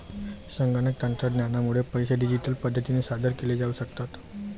संगणक तंत्रज्ञानामुळे पैसे डिजिटल पद्धतीने सादर केले जाऊ शकतात